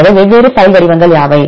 எனவே வெவ்வேறு பைல் வடிவங்கள் யாவை